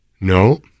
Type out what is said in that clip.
No